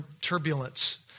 turbulence